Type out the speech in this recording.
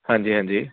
ਹਾਂਜੀ ਹਾਂਜੀ